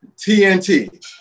TNT